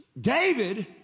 David